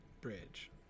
bridge